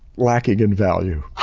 lack even value.